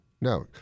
No